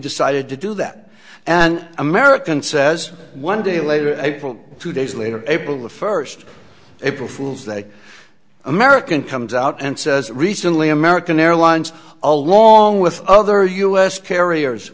decided to do that and american says one day later april two days later able the first april fools that american comes out and says recently american airlines along with other u s carriers